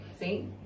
See